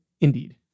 Indeed